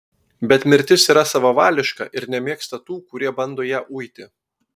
bet mirtis yra savavališka ir nemėgsta tų kurie bando ją uiti